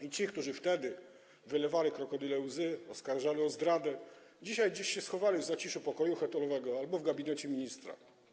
I ci, którzy wtedy wylewali krokodyle łzy, oskarżali o zdradę, dzisiaj gdzieś się schowali w zaciszu pokoju hotelowego albo w gabinecie ministra.